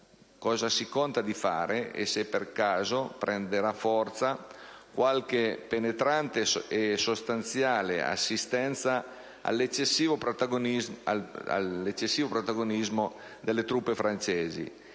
cosa si pensa di fare e se per caso prenderà forza qualche penetrante e sostanziale assistenza all'eccessivo protagonismo delle truppe francesi,